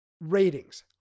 Ratings